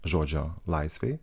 žodžio laisvei